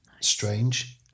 strange